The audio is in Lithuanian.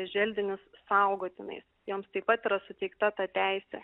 želdinius saugotinais joms taip pat yra suteikta ta teisė